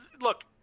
look